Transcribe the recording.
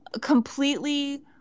completely